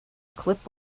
clip